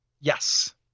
Yes